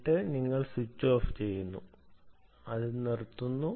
എന്നിട്ട് നിങ്ങൾ switch off ചെയ്യുന്നു